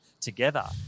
together